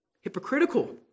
hypocritical